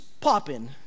popping